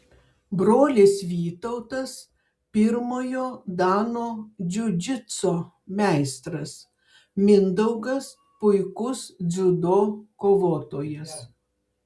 brolis vytautas pirmojo dano džiudžitso meistras mindaugas puikus dziudo kovotojas